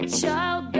child